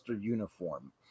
uniform